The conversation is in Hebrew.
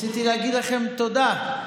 רציתי להגיד לכם תודה.